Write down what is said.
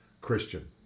Christian